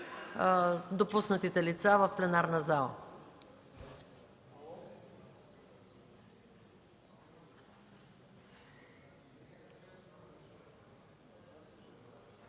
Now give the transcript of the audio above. допуснатите лица в пленарната зала.